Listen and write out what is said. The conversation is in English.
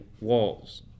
walls